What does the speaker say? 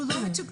הוא לא מתוקצב.